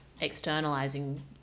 externalizing